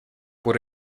por